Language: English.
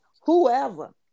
whoever